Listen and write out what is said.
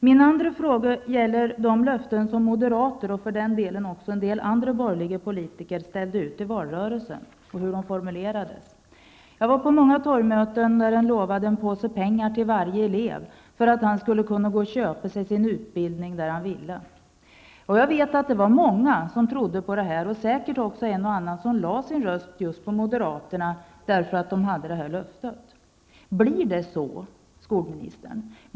Min andra fråga gällde de löften som moderaterna och för den delen även en del andra borgerliga politiker ställde ut i valrörelsen och deras formulering. Jag var på många torgmöten där man utlovade ''en påse pengar'' till varje elev för att han eller hon skall kunna gå och köpa sig en utbildning där han eller hon vill. Jag vet att det var många som trodde på det här. Det är också säkert en och annan som lade sin röst på moderaterna just därför. Blir det så, skolministern?